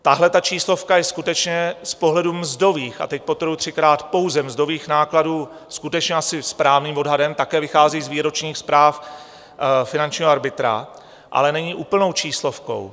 Tahleta číslovka je skutečně z pohledu mzdových a teď podtrhuji třikrát, pouze mzdových nákladů skutečně asi správným odhadem, také vychází z výročních zpráv finančního arbitra, ale není úplnou číslovkou.